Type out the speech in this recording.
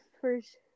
first